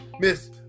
Miss